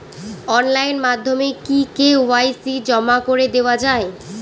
Online মাধ্যমে কি KYC জমা করে দেওয়া য়ায়?